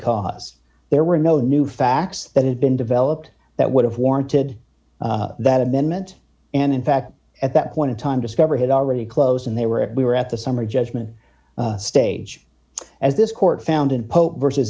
cause there were no new facts that had been developed that would have warranted that amendment and in fact at that point in time discover had already closed and they were we were at the summary judgment stage as this court found in